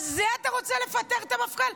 על זה אתה רוצה לפטר את המפכ"ל?